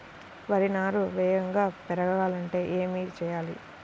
వరి నారు వేగంగా పెరగాలంటే ఏమి చెయ్యాలి?